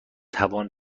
توان